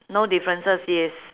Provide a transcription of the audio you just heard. no differences yes